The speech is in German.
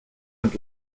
und